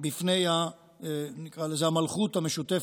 בפני המלכות המשותפת,